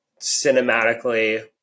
cinematically